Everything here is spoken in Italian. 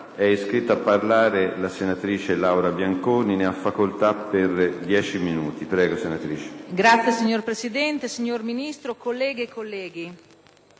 Signor Presidente, signor Ministro, colleghe e colleghi,